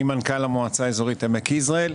אני מנכ"ל המועצה האזורית עמק יזרעאל.